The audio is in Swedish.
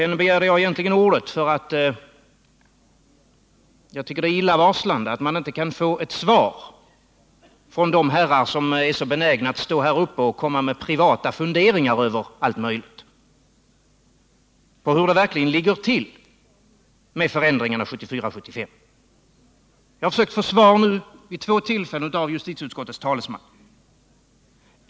Jag begärde egentligen ordet för att jag tycker det är illavarslande att man inte kan få ett svar från de herrar som är så benägna att här komma med privata funderingar över allt möjligt på hur det verkligen ligger till med förändringarna 1974-1975. Jag har nu vid två tillfällen försökt att få svar av justitieutskottets talesman.